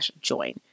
join